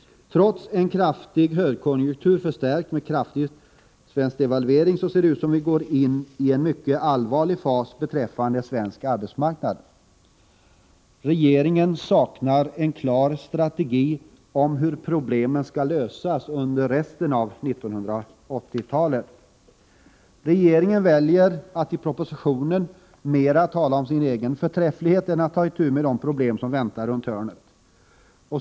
Trots en kraftig högkonjunktur, förstärkt med en stor svensk devalvering, ser det ut som om vi går in i en mycket allvarlig fas beträffande arbetsmarknaden. Regeringen saknar en klar strategi för hur problemen skall lösas under resten av 1980-talet. Regeringen väljer att i propositionen mera tala om sin egen förträfflighet än att ta itu med de problem som väntar runt hörnet.